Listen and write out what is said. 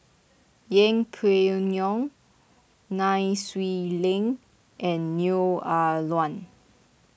Yeng Pway Ngon Nai Swee Leng and Neo Ah Luan